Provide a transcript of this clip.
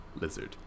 lizard